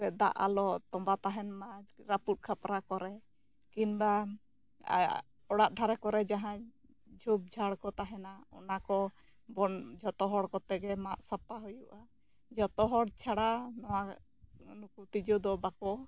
ᱨᱮ ᱫᱟᱜ ᱟᱞᱚ ᱛᱚᱢᱵᱟ ᱛᱟᱦᱮᱱ ᱢᱟ ᱨᱟᱹᱯᱩᱫ ᱠᱷᱟᱯᱨᱟ ᱠᱚᱨᱮ ᱠᱤᱱᱵᱟ ᱚᱲᱟᱜ ᱫᱷᱟᱨᱮ ᱠᱚᱨᱮ ᱡᱟᱦᱟᱭ ᱡᱷᱩᱯ ᱡᱷᱟᱲ ᱠᱚ ᱛᱟᱦᱮᱱᱟ ᱚᱱᱟ ᱠᱚ ᱵᱚᱱ ᱡᱷᱚᱛᱚ ᱦᱚᱲ ᱠᱚᱛᱮ ᱜᱮ ᱢᱟᱜ ᱥᱟᱯᱟ ᱦᱩᱭᱩᱜᱼᱟ ᱡᱚᱛᱚ ᱦᱚᱲ ᱪᱷᱟᱲᱟ ᱱᱚᱣᱟ ᱱᱩᱠᱩ ᱛᱤᱡᱩ ᱵᱟᱠᱚ ᱟᱠᱚ ᱴᱚᱜᱼᱟ